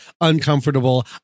uncomfortable